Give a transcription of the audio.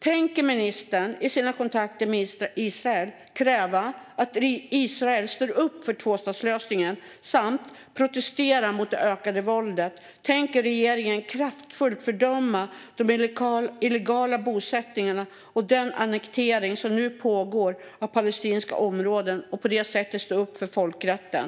Tänker ministern, i sina kontakter med Israel, kräva att Israel står upp för tvåstatslösningen samt protestera mot det ökade våldet? Tänker regeringen kraftfullt fördöma de illegala bosättningarna och den annektering som nu pågår av palestinska områden och på det sättet stå upp för folkrätten?